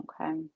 okay